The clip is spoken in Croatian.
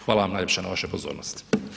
Hvala vam najljepša na vašoj pozornosti.